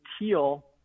teal